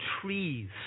trees